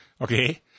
Okay